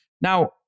Now